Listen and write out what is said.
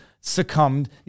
succumbed